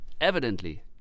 evidently